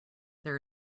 there